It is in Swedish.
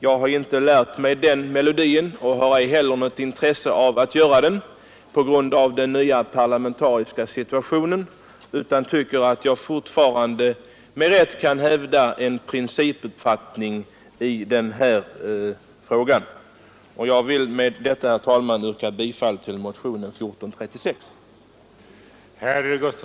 Jag har inte lärt mig den melodin och har ej heller något intresse av att göra det på grund av den nya parlamentariska situationen, utan jag tycker att jag fortfarande med rätt kan hävda en principuppfattning i denna fråga.